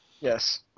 Yes